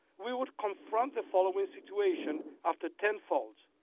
we would confront the following situation after ten folds.